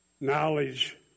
Knowledge